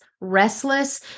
restless